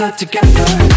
together